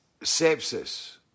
sepsis